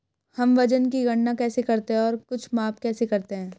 हम वजन की गणना कैसे करते हैं और कुछ माप कैसे करते हैं?